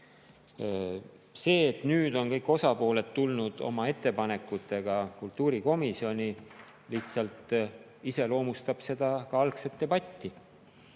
See, et nüüd on kõik osapooled tulnud oma ettepanekutega kultuurikomisjoni, lihtsalt iseloomustab seda algset debatti.